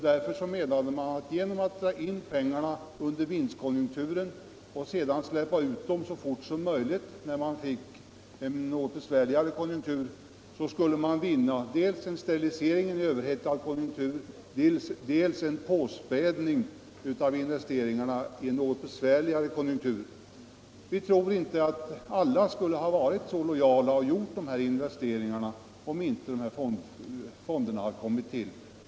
Därför menade vi att genom att dra in pengarna under en vinstkonjunktur och sedan släppa ut dem så fort som möjligt, när det blev en något besvärligare konjunktur, skulle man vinna dels en sterilisering i en överhettad konjunktur, dels en påspädning av investeringarna i en något besvärligare konjunktur. Vi tror inte att alla skulle ha varit så lojala och gjort de här investeringarna, om inte fonderna kommit till.